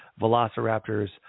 velociraptors